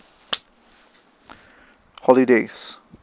holidays